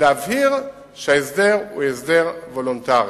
להבהיר שההסדר הוא הסדר וולונטרי.